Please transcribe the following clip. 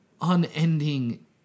unending